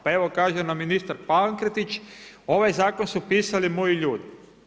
Pa evo kaže nam ministar Pankretić, ovaj zakon su pisali moji ljudi.